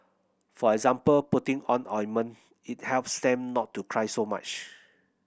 for example putting on ointment it helps them not to cry so much